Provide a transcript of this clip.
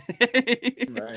Right